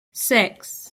six